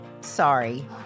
sorry